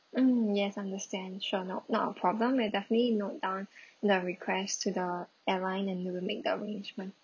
mm yes understand sure not not a problem we'll definitely note down the request to the airline and we will make the arrangement